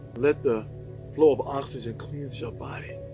let the flow of oxygen cleanse your body.